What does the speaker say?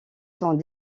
sont